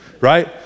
right